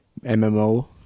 MMO